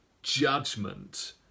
judgment